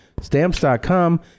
stamps.com